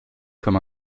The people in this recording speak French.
comme